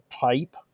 type